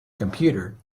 computer